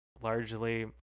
largely